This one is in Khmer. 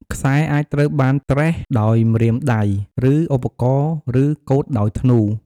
ខ្សែអាចត្រូវបានត្រេះដោយម្រាមដៃ ឬឧបករណ៍ ឬកូតដោយធ្នូ។